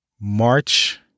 March